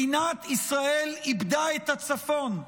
מדינת ישראל איבדה את הצפון: